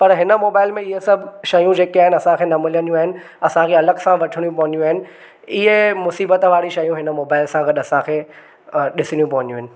पर हिन मोबाइल में इहे सभु शयूं जेके आहिनि असांखे न मिलंदियूं आहिनि असांखे अलॻि सां वठिणियूं पवंदियूं आहिनि इहे मुसीबत वारियूं शयूं हिन मोबाइल सां गॾु असांखे ॾिसिणियूं पवंदियूं आहिनि